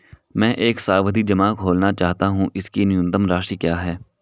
मैं एक सावधि जमा खोलना चाहता हूं इसकी न्यूनतम राशि क्या है?